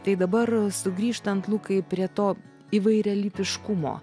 tai dabar sugrįžtant lukai prie to įvairialypiškumo